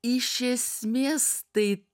iš esmės tai